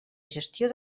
gestió